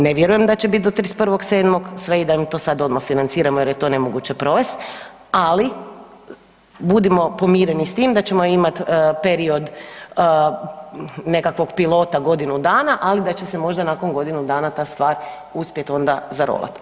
Ne vjerujem da će biti do 31.7. sve i da im to sad odmah financiramo jer je to nemoguće provesti, ali budimo pomireni s tim da ćemo imati period nekakvog pilota godinu dana, ali da će se možda nakon godinu dana ta stvar uspjeti onda zarolati.